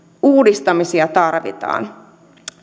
uudistamisia tarvitaan